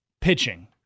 pitching